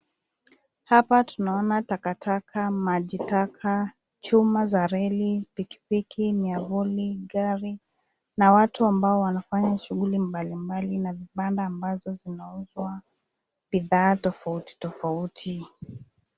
Hapa tunaona takataka, maji taka, chuma za reli, pikipiki, miavuli, gari na watu ambao wanafanya shughuli mbalimbali na vibanda ambazo zinauzwa bidhaa tofautitofauti.